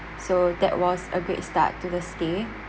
so that was a great start to the stay